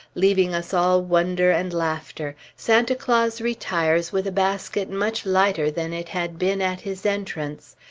leaving us all wonder and laughter, santa claus retires with a basket much lighter than it had been at his entrance.